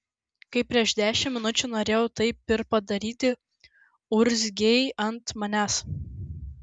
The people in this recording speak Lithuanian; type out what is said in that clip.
kai prieš dešimt minučių norėjau taip ir padaryti urzgei ant manęs